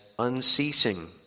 unceasing